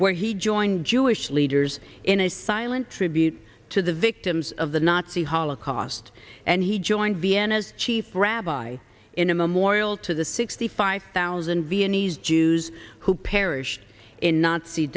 where he joined jewish leaders in a silent tribute to the victims of the nazi holocaust and he joined v n as chief rabbi in a memorial to the sixty five thousand viennese jews who perished in nazi